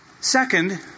Second